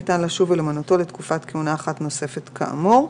ניתן לשוב ולמנותו לתקופת כהונה אחת נוספת כאמור".